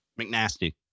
McNasty